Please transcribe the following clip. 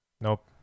Nope